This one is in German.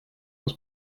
aus